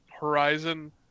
Horizon